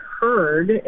heard